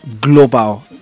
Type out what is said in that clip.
global